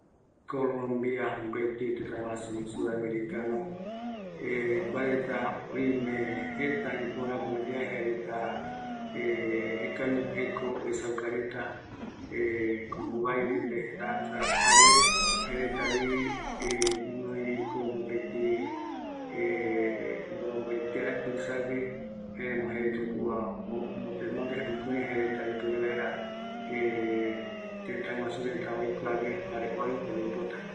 Colombia pegua reta jaeko jeko jaereta ballenato jaereta oyerovia ivaire reta ballenato, kumbia iyarete retano jukurai jaereta jare jaereta omboete kandavare areteno barrankillape jae ma jaereta oyapo yave iya rete reta